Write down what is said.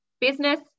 business